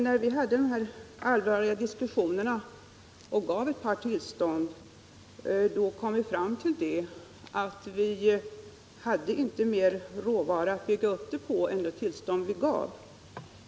När vi hade dessa allvarliga diskussioner och gav ett par tillstånd, kom vi fram till att vi inte hade mer råvara att bygga upp denna verksamhet på än som motsvarade de tillstånd vi gav.